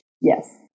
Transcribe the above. Yes